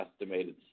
estimated